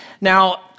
Now